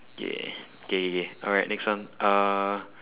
okay okay okay alright next one uh